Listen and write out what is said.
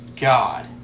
God